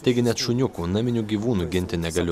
taigi net šuniukų naminių gyvūnų ginti negaliu